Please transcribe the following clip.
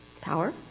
Power